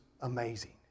amazing